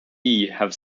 have